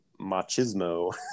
machismo